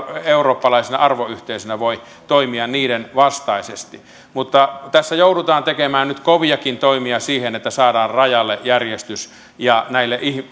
eurooppalaisena arvoyhteisönä voi toimia niiden vastaisesti mutta tässä joudutaan tekemään nyt koviakin toimia että saadaan rajalle järjestys ja näille